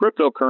cryptocurrency